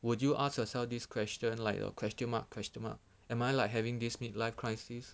would you ask yourself this question like a question mark question mark am I like having this mid life crisis